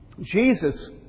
Jesus